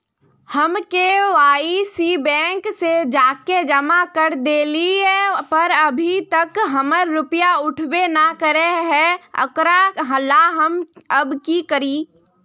हम KYC bank में जाके जमा कर देलिए पर अभी तक हमर रुपया उठबे न करे है ओकरा ला हम अब की करिए?